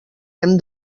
hem